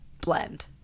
blend